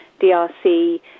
DRC